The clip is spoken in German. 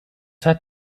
hat